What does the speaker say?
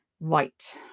Right